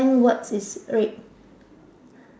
gren words is red